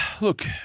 Look